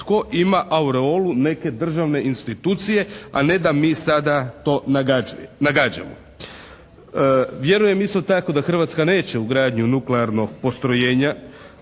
tko ima aureolu neke državne institucije a ne da mi sada to nagađamo. Vjerujem isto tako da Hrvatska neće u gradnju nuklearnog postrojenja.